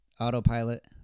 autopilot